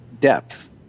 depth